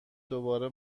دوباره